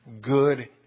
good